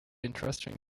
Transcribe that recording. interesting